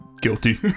Guilty